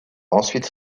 ensuite